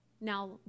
Now